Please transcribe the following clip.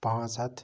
پانٛژھ ہَتھ